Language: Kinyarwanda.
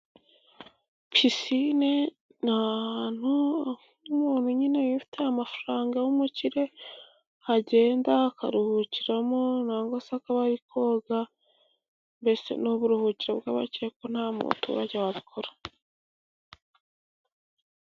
Pisine n'ahantu h'umuntu nyine wifitiye amafaranga w'umukire, agenda akaruhukira mo cyangwa se akaba ari koga, mbese ni uburuhukiro bw'abakire kuko nta muturage wabikora.